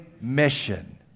mission